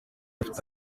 bifite